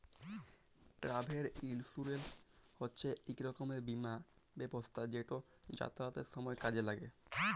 travel insurance হছে ইক রকমের বীমা ব্যবস্থা যেট যাতায়াতের সময় কাজে ল্যাগে